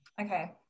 Okay